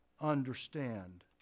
understand